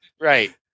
Right